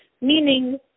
Meaning